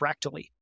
fractally